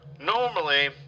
normally